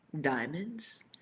Diamonds